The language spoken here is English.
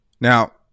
Now